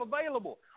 available